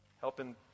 helping